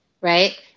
Right